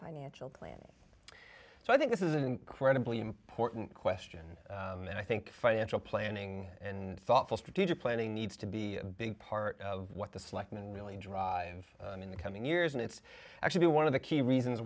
financial planning so i think this is incredibly important question and i think financial planning and thoughtful strategic planning needs to be a big part of what the selectmen really drives in the coming years and it's actually one of the key reasons